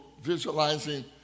visualizing